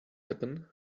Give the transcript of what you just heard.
happen